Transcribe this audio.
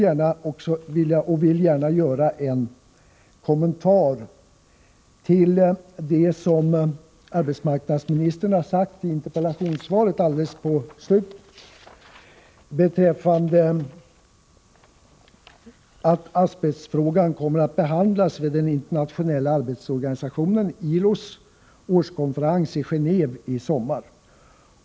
Jag vill också gärna göra en kommentar till det som arbetsmarknadsministern har sagt alldeles i slutet av interpellationssvaret beträffande att asbestfrågan kommer att behandlas i den internationella arbetsorganisationen ILO:s årskonferens i Gendve i sommar.